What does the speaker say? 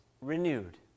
renewed